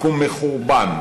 לקום מחורבן,